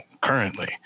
currently